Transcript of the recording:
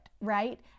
right